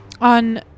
on